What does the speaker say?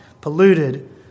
polluted